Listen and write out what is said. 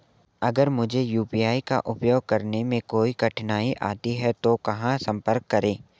अगर मुझे यू.पी.आई का उपयोग करने में कोई कठिनाई आती है तो कहां संपर्क करें?